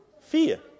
fear